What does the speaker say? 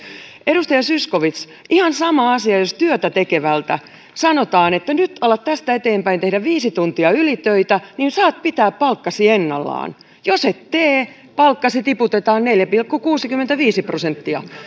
edustaja zyskowicz ihan sama asia jos työtä tekevälle sanotaan nyt alat tästä eteenpäin tehdä viisi tuntia ylitöitä niin saat pitää palkkasi ennallaan jos et tee palkkasi tiputetaan neljä pilkku kuusikymmentäviisi prosenttia